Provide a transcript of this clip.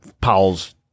Powell's